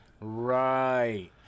Right